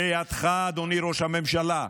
בידך, אדוני ראש הממשלה,